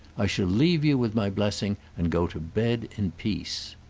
i shall leave you with my blessing and go to bed in peace.